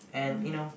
mm